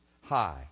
high